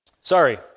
Sorry